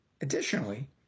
Additionally